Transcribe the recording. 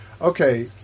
Okay